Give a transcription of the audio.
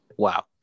Wow